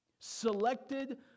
selected